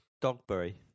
Dogberry